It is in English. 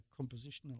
compositional